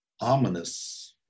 ominous